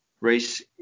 race